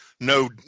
no